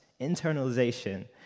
internalization